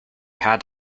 had